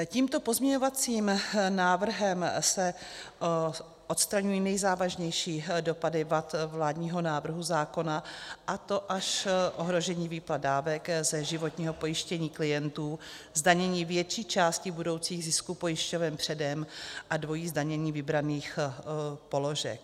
Tímto pozměňovacím návrhem se odstraňují nejzávažnější dopady vad vládního návrhu zákona, a to až ohrožení výplat dávek ze životního pojištění klientů, zdanění větší části budoucích zisků pojišťoven předem a dvojí zdanění vybraných položek.